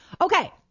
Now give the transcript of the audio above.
Okay